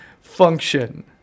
function